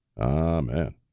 Amen